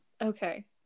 Okay